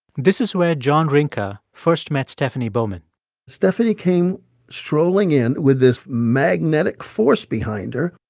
this is where john rinka first met stephanie bowman stephanie came strolling in with this magnetic force behind her